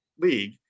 league